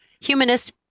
humanist